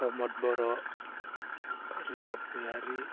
प्रमद बर' रिसद गयारि